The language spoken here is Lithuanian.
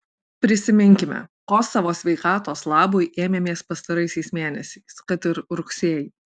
prisiminkime ko savo sveikatos labui ėmėmės pastaraisiais mėnesiais kad ir rugsėjį